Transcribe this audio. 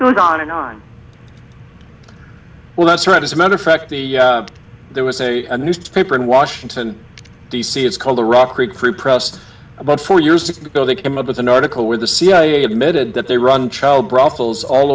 goes on and on well that's right as a matter of fact the there was a newspaper in washington d c it's called the rock creek free press about four years ago they came up with an article where the cia admitted that they run child brothels all